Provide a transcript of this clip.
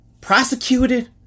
Prosecuted